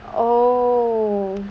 oh